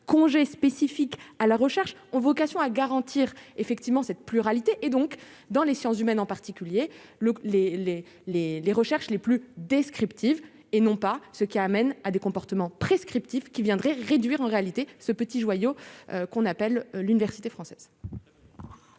congé spécifique à la recherche ont vocation à garantir effectivement cette pluralité et donc dans les sciences humaines, en particulier le les, les, les, les recherches les plus descriptive et non pas ce qui amène à des comportements qui viendrait réduire en réalité ce petit joyau qu'on appelle l'université française.